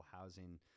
housing